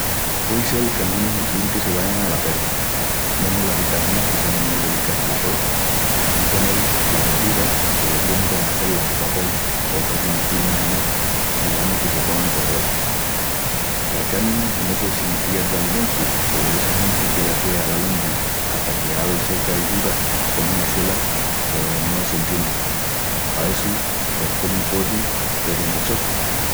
Puei sel que angunus nutrientis se vaigan ala perda, mesmu las vitaminas que sonin mu delicás pala calol. Un ponel, las verduras, que deviamus de hazé-las al vapol o tres menutinus namás i dexamus que se pongan correosas. La carni no sé si pierda alimentu peru essa genti que la quea ala lumbri hata queal seca i dura comu una suela pos no s'entiendi. Pa essu pos comi pollu peru no chotu.